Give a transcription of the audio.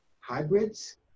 hybrids